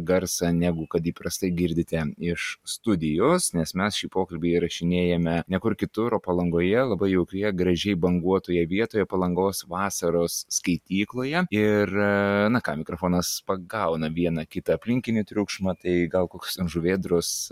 garsą negu kad įprastai girdite iš studijos nes mes šį pokalbį įrašinėjame ne kur kitur o palangoje labai jaukioje gražiai banguotoje vietoje palangos vasaros skaitykloje ir na ką mikrofonas pagauna vieną kitą aplinkinį triukšmą tai gal koks žuvėdros